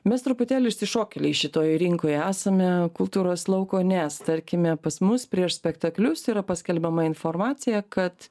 mes truputėlį išsišokėliai šitoj rinkoj esame kultūros lauko nes tarkime pas mus prieš spektaklius yra paskelbiama informacija kad